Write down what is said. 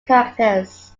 characters